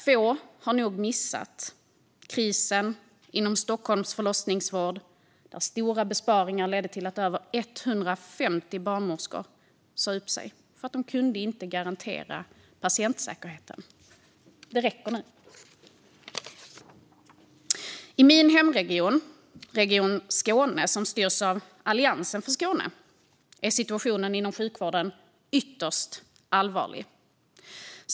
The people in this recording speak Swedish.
Få har nog missat krisen inom Stockholms förlossningsvård, där stora besparingar ledde till att över 150 barnmorskor sa upp sig för att de inte kunde garantera patientsäkerheten. Det räcker nu! I min hemregion Region Skåne, som styrs av Allians för Skåne, är situationen inom sjukvården ytterst allvarlig.